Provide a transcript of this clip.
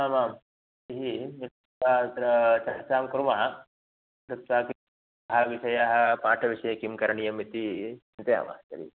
आम् आम् यदि अत्र चर्चां कुर्मः कृत्वा कः विषयः पाठविषये किं करणीयम् इति चिन्तयामः तर्हि